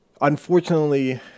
Unfortunately